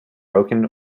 broken